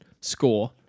score